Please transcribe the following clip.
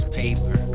paper